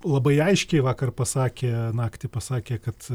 labai aiškiai vakar pasakė naktį pasakė kad